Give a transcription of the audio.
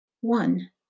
One